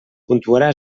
puntuarà